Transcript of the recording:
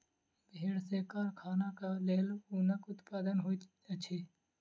भेड़ सॅ कारखानाक लेल ऊनक उत्पादन होइत अछि